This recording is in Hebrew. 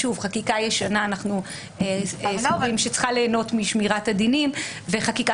חקיקה ישנה צריכה ליהנות משמירת הדינים וחקיקה